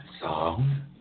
song